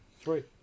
Three